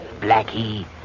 Blackie